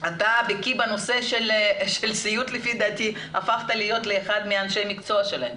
אתה בקיא בנושא של סיעוד לפי דעתי הפכת להיות לאחד מאנשי המקצוע שלהם.